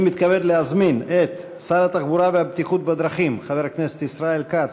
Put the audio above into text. אני מתכבד להזמין את שר התחבורה והבטיחות בדרכים חבר הכנסת ישראל כץ,